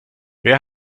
wer